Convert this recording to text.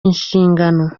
inshingano